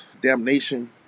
damnation